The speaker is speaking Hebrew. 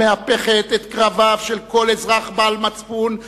המהפכת את קרביו של כל אזרח בעל מצפון,